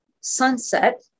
sunset